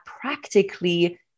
practically